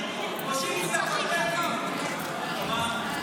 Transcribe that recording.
מפקיר החטופים --- חברת הכנסת לזימי, נא לצאת.